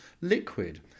liquid